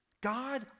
God